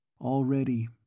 Already